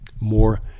more